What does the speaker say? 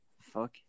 Fuck